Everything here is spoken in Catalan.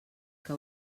que